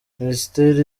minisiteri